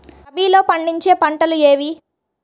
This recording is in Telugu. రబీలో పండించే పంటలు ఏవి?